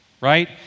right